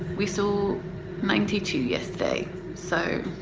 we saw ninety two yesterday so